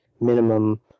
minimum